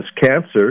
cancer